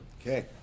okay